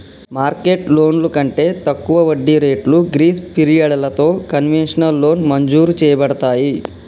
market లోన్లు కంటే తక్కువ వడ్డీ రేట్లు గ్రీస్ పిరియడలతో కన్వెషనల్ లోన్ మంజురు చేయబడతాయి